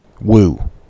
Woo